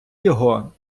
його